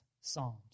psalms